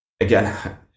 again